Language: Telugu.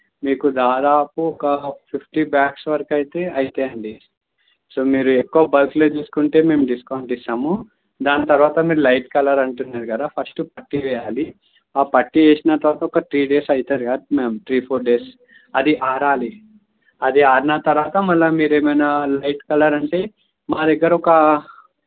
మీకు దాదాపు ఒక ఫిఫ్టీ బ్యాగ్స్ వరకైతే అయితాయండి సో మీరు ఎక్కువ బల్క్లో తీసుకుంటే మేము డిస్కౌంట్ ఇస్తాము దాని తర్వాత మీరు లైట్ కలర్ అంటున్నారు కదా ఫస్టు పట్టీ వేయాలి ఆ పట్టీ వేసిన తర్వాత ఒక త్రీ డేస్ అవుతుంది కదా మ్యామ్ త్రీ ఫోర్ డేస్ అది ఆరాలి అది ఆరిన తర్వాత మళ్ళీ మీరేమైనా లైట్ కలర్ అంటే మా దగ్గర ఒక